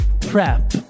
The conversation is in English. prep